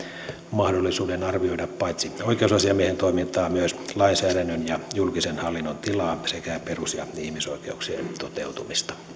mahdollisuuden arvioida paitsi oikeusasiamiehen toimintaa myös lainsäädännön ja julkisen hallinnon tilaa sekä perus ja ihmisoikeuksien toteutumista